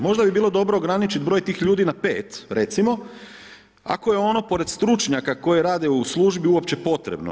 Možda bi bilo dobro ograničiti broj tih ljudi na pet recimo ako je ono pored stručnjaka koje rade u službi uopće potrebno.